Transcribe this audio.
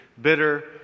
bitter